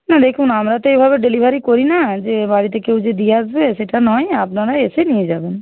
না দেখুন আমরা তো এইভাবে ডেলিভারি করি না যে বাড়িতে কেউ যেয়ে দিয়ে আসবে সেটা নয় আপনারা এসে নিয়ে যাবেন